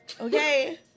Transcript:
Okay